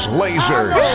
lasers